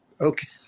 okay